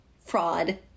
fraud